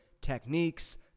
techniques